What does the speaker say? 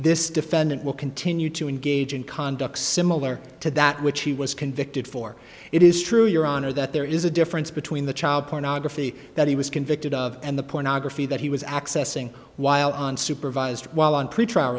this defendant will continue to engage in conduct similar to that which he was convicted for it is true your honor that there is a difference between the child pornography that he was convicted of and the pornography that he was accessing while on supervised while on pretrial